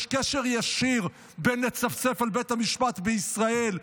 יש קשר ישיר בין לצפצף על בית המשפט בישראל,